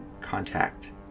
contact